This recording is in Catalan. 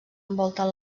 envolten